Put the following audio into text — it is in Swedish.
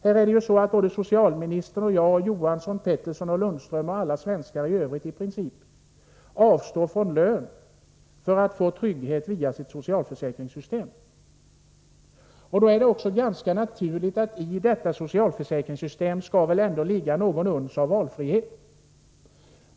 Här avstår socialministern och jag, Andersson, Pettersson och Lundström och i princip alla svenskar i övrigt från lön för att få trygghet genom sitt socialförsäkringssystem. Då är det också ganska naturligt att det i det systemet skall ligga något uns av valfrihet.